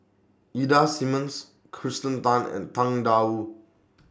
Ida Simmons Kirsten Tan and Tang DA Wu